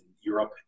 Europe